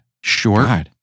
Sure